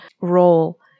role